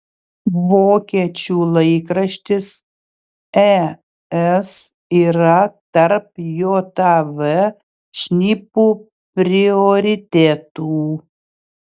vokiečių laikraštis es yra tarp jav šnipų prioritetų